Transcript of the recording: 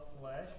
flesh